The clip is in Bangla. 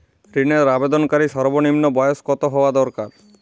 ঋণের আবেদনকারী সর্বনিন্ম বয়স কতো হওয়া দরকার?